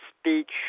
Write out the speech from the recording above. speech